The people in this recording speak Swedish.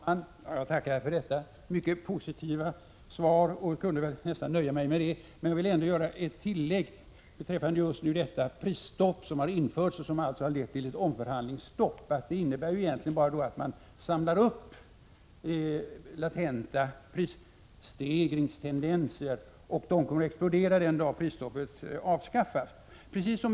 Fru talman! Jag tackar för detta mycket positiva svar. Jag kunde nöjt mig med det, men vill ändå göra ett tillägg beträffande det prisstopp som införts och lett till ett omförhandlingsstopp. Det innebär endast att man samlar upp latenta prisstegringstendenser som kommer att explodera den dag prisstoppet avskaffas.